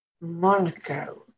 Monaco